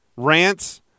Rants